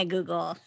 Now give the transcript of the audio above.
Google